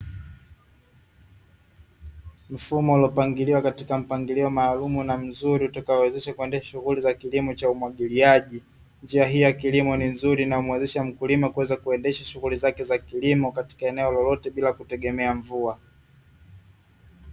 Mfumo uliopangiliwa katika mpangilio maalumu na mzuri, utakaowezesha kuandaa shughuli za kilimo cha umwagiliaji, njia hii ya kilimo ni nzuri, inayomuwezesha mkulima kuweza kuendesha shughuli zake za kilimo, katika eneo lolote bila kutegemea mvua.